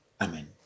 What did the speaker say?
Amen